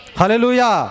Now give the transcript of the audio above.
Hallelujah